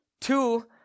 Two